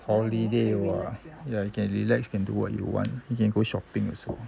holiday !wah! ya you can relax can do what you want you can go shopping also